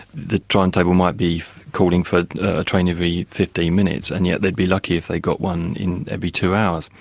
the timetable might be calling for a train every fifteen minutes, and yet they'd be lucky if they got one in every two hours.